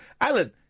Alan